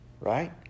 right